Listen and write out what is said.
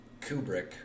Kubrick